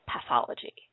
pathology